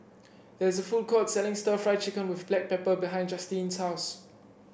there is a food court selling stir Fry Chicken with Black Pepper behind Justine's house